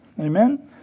Amen